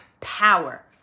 power